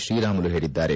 ಶ್ರೀರಾಮುಲು ಹೇಳಿದ್ದಾರೆ